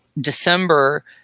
December